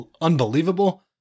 unbelievable